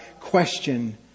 question